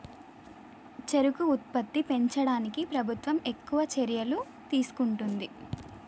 చెరుకు ఉత్పత్తి పెంచడానికి ప్రభుత్వం ఎక్కువ చర్యలు తీసుకుంటుంది